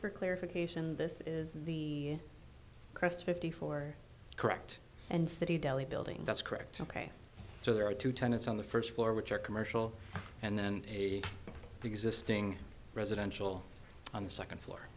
for clarification this is the crest fifty four correct and city delhi building that's correct ok so there are two tenants on the first floor which are commercial and then a existing residential on the second floor